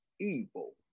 evil